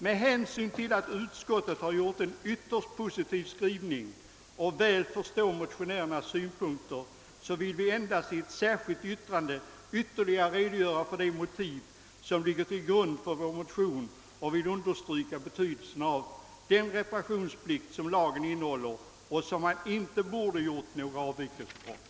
Med hänsyn till att utskottet har gjort en ytterst positiv skrivning och väl förstår motionärernas synpunkt har vi endast velat i ett särskilt yttrande ytterligare redogöra för de motiv som ligger till grund för vår motion och velat understryka betydelsen av den reparationsplikt som lagen innehåller och som man inte borde ha gjort några avvikelser ifrån.